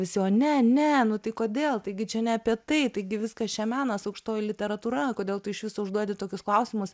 visi o ne ne nu tai kodėl taigi čia ne apie tai taigi viskas čia menas aukštoji literatūra kodėl tu išviso užduodi tokius klausimus